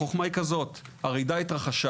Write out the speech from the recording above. החוכמה היא כזאת: הרעידה התרחשה,